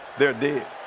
they're dead.